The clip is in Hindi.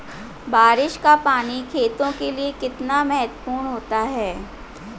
बारिश का पानी खेतों के लिये कितना महत्वपूर्ण होता है?